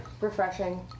Refreshing